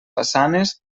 façanes